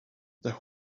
their